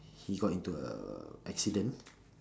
he got into a accident